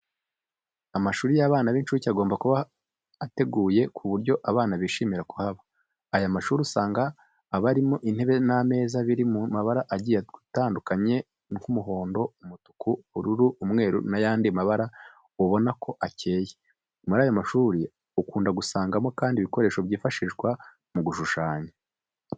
Amashuri y'abana b'inshuke agomba kuba ateguye ku buryo abana bishimira kuhaba. Aya mashuri usanga aba arimo intebe n'ameza biri mu mabara agiye atandukanye nk'umuhondo, umutuku, ubururu, umweru n'ayandi mabara ubona ko akeye. Muri ayo mashuri ukunda gusangamo kandi ibikoresho byifashishwa mu gushushanya.